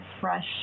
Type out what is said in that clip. fresh